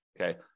Okay